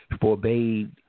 forbade